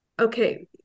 okay